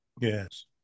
Yes